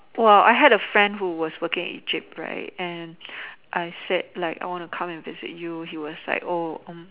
!wah! I had a friend who was working in Egypt right and I said like I want to come and visit you he was like oh